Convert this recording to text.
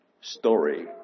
story